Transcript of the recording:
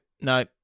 no